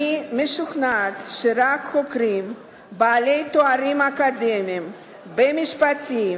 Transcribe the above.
אני משוכנעת שרק חוקרים בעלי תארים אקדמיים במשפטים